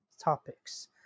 Topics